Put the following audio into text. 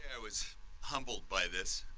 i was humbled by this,